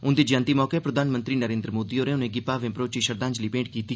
उंदी जंयति मौके प्रधानमंत्री नरेन्द्र मोदी होरें उनेंगी भावें भरोची श्रद्वांजलि मेंट कीती